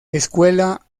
escuela